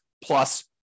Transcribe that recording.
plus